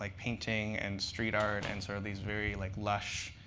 like painting and street art and sort of these very like lush,